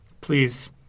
please